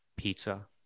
Pizza